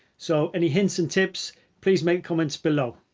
so any hints and tips please make comments below.